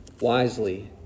wisely